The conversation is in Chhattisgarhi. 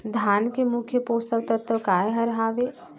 धान के मुख्य पोसक तत्व काय हर हावे?